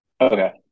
okay